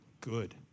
good